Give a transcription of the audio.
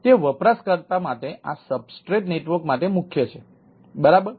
તે વપરાશકર્તા માટે આ સબસ્ટ્રેટ નેટવર્ક માટે મુખ્ય છે બરાબર